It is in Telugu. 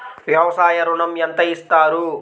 వ్యవసాయ ఋణం ఎంత ఇస్తారు?